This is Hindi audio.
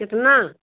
कितना